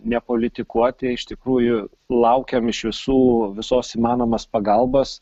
nepolitikuoti iš tikrųjų laukiam iš visų visos įmanomos pagalbos